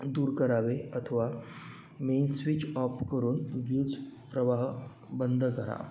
दूर करावे अथवा मेन स्विच ऑफ करून वीजप्रवाह बंद करा